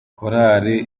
korali